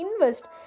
invest